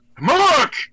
mark